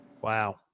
wow